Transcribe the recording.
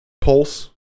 pulse